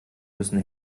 müssen